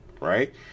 right